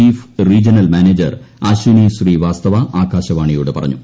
chief regional manager Ashwani Srivastava ആകാശവാണിയോട് പറഞ്ഞു